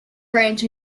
branch